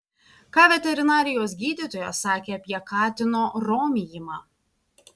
ką veterinarijos gydytojas sakė apie katino romijimą